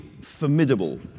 formidable